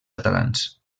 catalans